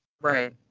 Right